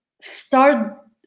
start